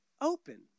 open